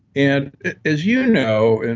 and as you know, and